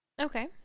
Okay